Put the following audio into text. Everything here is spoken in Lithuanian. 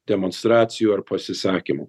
demonstracijų ar pasisakymų